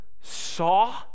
saw